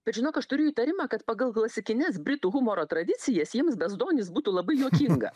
bet žinok aš turiu įtarimą kad pagal klasikines britų humoro tradicijas jiems bezdonys būtų labai juokinga